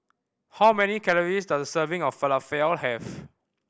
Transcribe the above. how many calories does a serving of Falafel have